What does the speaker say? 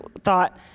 thought